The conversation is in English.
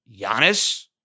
Giannis